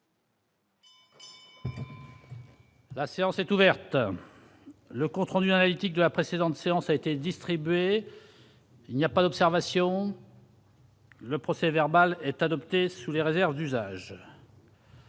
La séance est ouverte, le compte rendu analytique de la précédente séance a été distribué, il n'y a pas d'observation. Le procès verbal est adoptée sous les réserves d'usage.